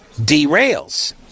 derails